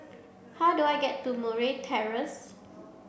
how do I get to Murray Terrace